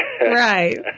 Right